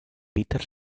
peter